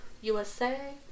USA